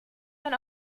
man